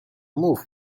move